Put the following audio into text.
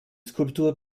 skulptur